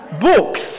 books